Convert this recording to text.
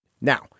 Now